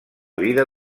vida